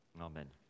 amen